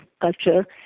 culture